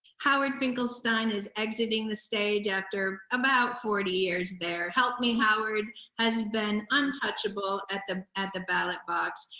howard finkelstein is exiting the stage after about forty years there. help me howard has been untouchable at the at the ballot box.